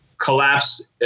collapse